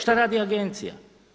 Šta radi agencija?